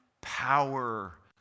Power